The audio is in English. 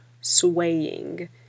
swaying